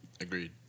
Agreed